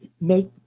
make